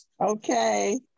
Okay